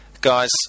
Guys